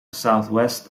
southwest